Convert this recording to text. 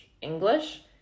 English